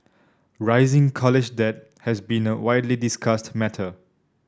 rising college debt has been a widely discussed matter